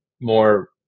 more